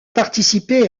participer